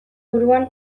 buruan